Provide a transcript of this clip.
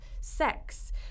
sex